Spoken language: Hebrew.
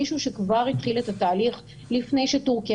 מישהו שכבר התחיל את התהליך לפני שטורקיה